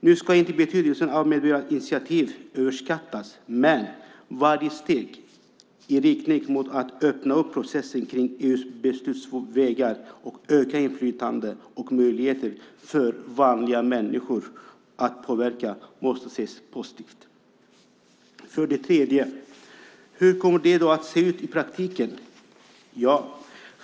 Nu ska inte betydelsen av medborgarinitiativ överskattas, men varje steg i riktning mot att öppna upp processen och EU:s beslutsvägar och att öka inflytandet och möjligheterna för vanliga människor att påverka måste ses positivt. För det tredje: Hur kommer det då att se ut i praktiken?